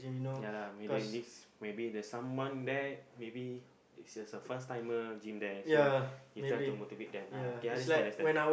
ya lah whether it is maybe there's someone there maybe is just a first timer gym there so you try to motivate them lah okay understand understand